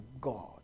God